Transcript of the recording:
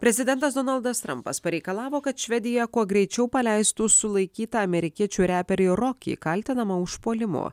prezidentas donaldas trampas pareikalavo kad švedija kuo greičiau paleistų sulaikytą amerikiečių reperį rokį kaltinamą užpuolimu